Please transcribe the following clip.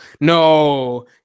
No